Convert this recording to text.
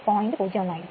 01 ആയിരിക്കും